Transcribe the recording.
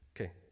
Okay